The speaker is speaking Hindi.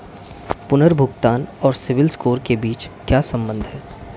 पुनर्भुगतान और सिबिल स्कोर के बीच क्या संबंध है?